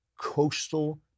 coastal